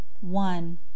one